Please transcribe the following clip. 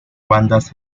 bandas